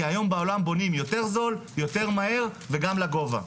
היום בעולם בונים יותר זול, יותר מהר וגם לגובה.